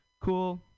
cool